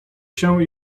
się